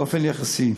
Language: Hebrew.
באופן יחסי.